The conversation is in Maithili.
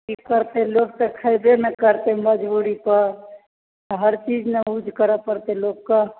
की करतै लोक तऽखैबे नऽकरतै मजबुरी पर हर चीज नऽयुज करऽपड़तै लोककऽ